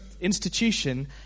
institution